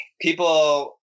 people